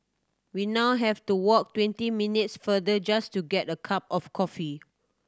we now have to walk twenty minutes farther just to get a cup of coffee